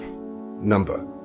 number